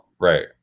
Right